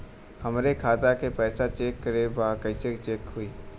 हमरे खाता के पैसा चेक करें बा कैसे चेक होई?